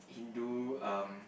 Hindu um